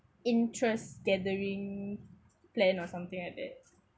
interest gathering plan or something like that